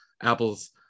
apples